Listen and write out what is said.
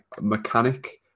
mechanic